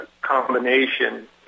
combination